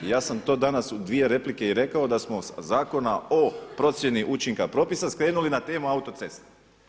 Ja sam to danas u dvije replike rekao da smo sa Zakona o procjeni učinka propisa skrenuli na temu autoceste.